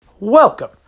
Welcome